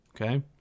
Okay